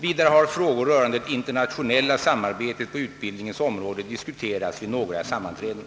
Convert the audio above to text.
Vidare har frågor rörande det internationella samarbetet på utbildningens område diskuterats vid några sammanträden.